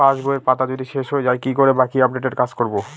পাসবইয়ের পাতা যদি শেষ হয়ে য়ায় কি করে বাকী আপডেটের কাজ করব?